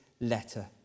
letter